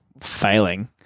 Failing